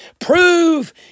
Prove